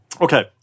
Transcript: okay